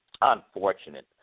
unfortunate